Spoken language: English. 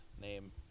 name